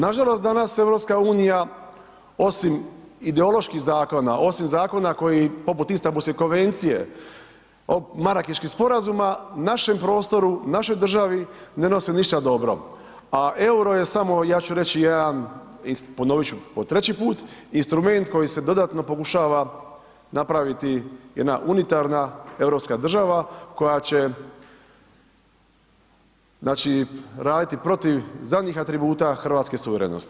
Nažalost danas EU osim ideoloških zakona, osim zakona koji poput Istanbulske konvencije, Marakeškog sporazuma našem prostoru, našoj državi ne nosi ništa dobro, a EUR-o je samo ja ću reći jedan ponovit ću po treći put, instrument kojim se dodatno pokušava napraviti jedna unitarna europska država koja će znači raditi protiv zadnjih atributa hrvatske suverenosti.